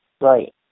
Right